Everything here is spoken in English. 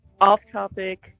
off-topic